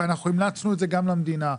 ואנחנו המלצנו את זה גם למדינה,